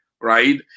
right